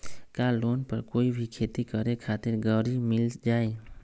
का लोन पर कोई भी खेती करें खातिर गरी मिल जाइ?